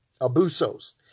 abusos